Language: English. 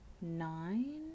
nine